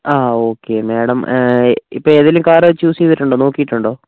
ആ okay madam ഇപ്പോൾ ഏതെങ്കിലും കാർ ചൂസ് ചെയ്തിട്ടുണ്ടോ നോക്കിയിട്ടുണ്ടോ